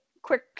Quick